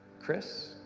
Chris